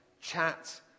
chat